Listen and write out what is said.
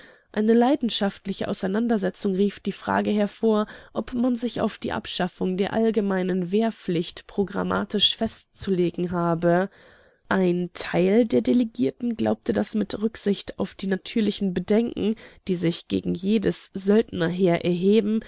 eine leidenschaftliche auseinandersetzung rief die frage hervor ob man sich auf die abschaffung der allgemeinen wehrpflicht programmatisch festzulegen habe ein teil der delegierten glaubte das mit rücksicht auf die natürlichen bedenken die sich gegen jedes söldnerheer erheben